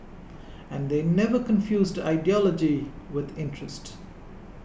and they never confused ideology with interest